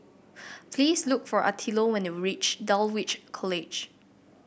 please look for Attilio when you reach Dulwich College